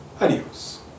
Adios